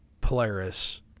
Polaris